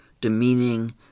demeaning